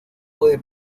puede